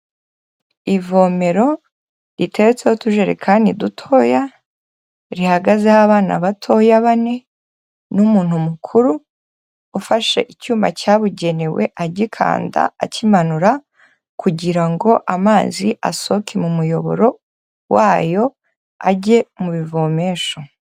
Ivomero ritetseho utujerekani dutoya, rihagazeho abana batoya bane, n'umuntu mukuru ufashe icyuma cyabugenewe agikanda, akimanura, kugira ngo amazi asohoke mu muyoboro wayo ajye mu bivomesho.